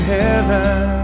heaven